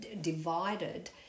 divided